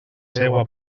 seua